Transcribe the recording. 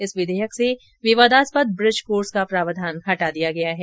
इस विधेयक से विवादास्पद ब्रिज कोर्स का प्रावधान हटा दिया गया है